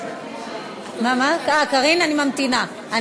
קארין, אני ממתינה.